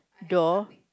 door